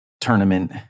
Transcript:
tournament